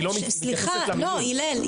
היא לא מתייחסת- -- הלל,